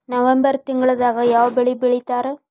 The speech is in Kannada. ನವೆಂಬರ್ ತಿಂಗಳದಾಗ ಯಾವ ಬೆಳಿ ಬಿತ್ತತಾರ?